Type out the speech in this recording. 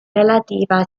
relativa